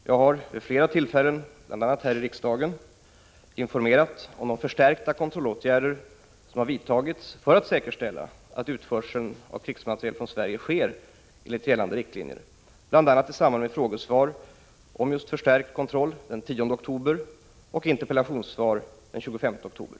Jag har vid flera tillfällen här i riksdagen informerat om de åtgärder för förstärkt kontroll som vidtagits för att säkerställa att utförseln av krigsmateriel från Sverige sker enligt gällande riktlinjer, bl.a. i samband med frågesvar den 10 oktober och interpellationssvar den 25 oktober.